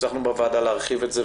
הצלחנו בוועדה להרחיב את זה ,